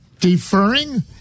deferring